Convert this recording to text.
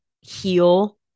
heal